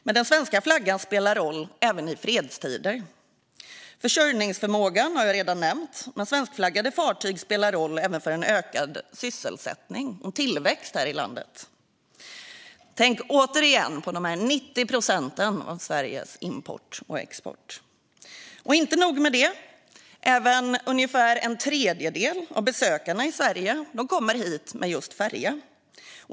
Men den svenska flaggan spelar roll även i fredstider. Försörjningsförmågan har jag redan nämnt. Men svenskflaggade fartyg spelar roll även för ökad sysselsättning och tillväxt. Tänk åter på de 90 procenten av Sveriges import och export! Inte nog med det. Ungefär en tredjedel av besökarna till Sverige kommer med färja.